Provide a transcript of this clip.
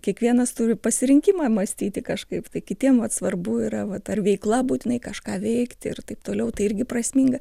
kiekvienas turi pasirinkimą mąstyti kažkaip tai kitiem vat svarbu yra vat ar veikla būtinai kažką veikti ir taip toliau tai irgi prasminga